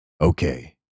Okay